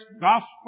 gospel